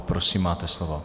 Prosím, máte slovo.